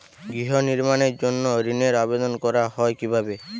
গৃহ নির্মাণের জন্য ঋণের আবেদন করা হয় কিভাবে?